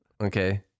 Okay